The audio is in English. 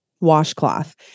washcloth